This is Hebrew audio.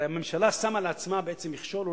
הרי הממשלה שמה לעצמה בעצם מכשול,